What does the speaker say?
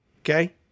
Okay